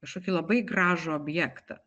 kažkokį labai gražų objektą